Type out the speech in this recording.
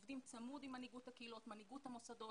עובדים צמוד עם מנהיגות הקהילות ומנהיגות המוסדות.